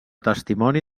testimoni